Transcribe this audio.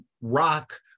rock